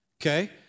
Okay